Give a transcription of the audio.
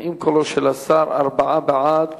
ההצעה להעביר את